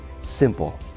simple